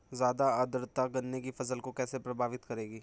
ज़्यादा आर्द्रता गन्ने की फसल को कैसे प्रभावित करेगी?